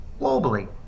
globally